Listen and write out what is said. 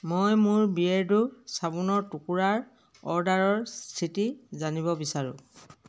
মই মোৰ বিয়েৰ্ডো চাবোনৰ টুকুৰাৰ অৰ্ডাৰৰ স্থিতি জানিব বিচাৰোঁ